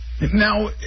Now